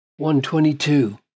122